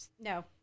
No